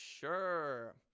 sure